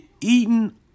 eaten